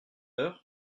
heures